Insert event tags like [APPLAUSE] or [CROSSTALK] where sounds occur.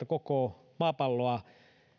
[UNINTELLIGIBLE] koko maapalloa